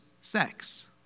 sex